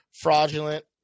Fraudulent